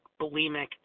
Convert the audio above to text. bulimic